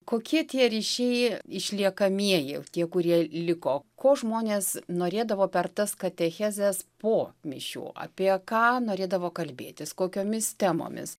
kokie tie ryšiai išliekamieji tie kurie liko ko žmonės norėdavo per tas katechezes po mišių apie ką norėdavo kalbėtis kokiomis temomis